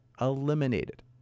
eliminated